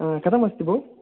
आ कथमस्ति भो